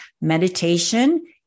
meditation